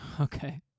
Okay